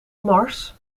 mars